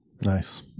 nice